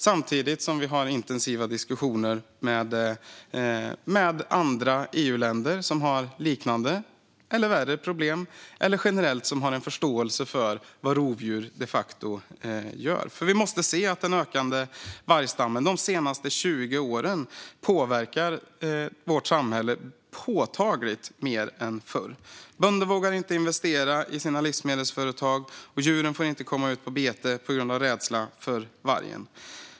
Samtidigt har vi intensiva diskussioner med andra EU-länder som har liknande eller värre problem eller som generellt har en förståelse för vad rovdjur de facto gör. Vi måste se att de senaste 20 årens ökande vargstam påverkar vårt samhälle påtagligt mer än förr. Bönder vågar inte investera i sina livsmedelsföretag, och djuren får inte komma ut på bete på grund av rädsla för vargen.